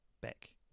back